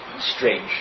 strange